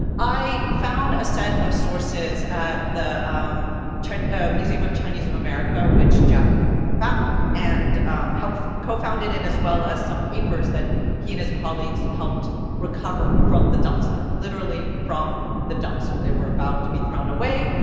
i found a set of sources at the um museum of chinese of america, which jack found, and helped co-founded and as well as some papers that he and his colleagues helped recover from the dumpster. literally, from the dumpster. they were about to be thrown away.